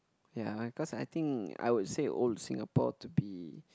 ya I cause I think I would say old Singapore to be